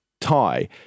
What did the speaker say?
tie